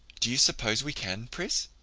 do you suppose we can, pris?